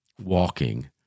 walking